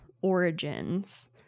origins